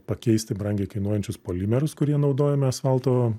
pakeisti brangiai kainuojančius polimerus kurie naudojami asfalto